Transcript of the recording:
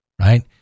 right